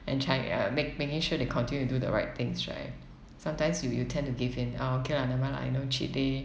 in chi~ uh make making sure they continue to do the right things right sometimes you you tend to give in ah okay lah never mind lah you know cheat day